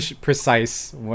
precise